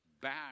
back